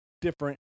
different